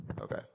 Okay